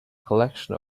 collection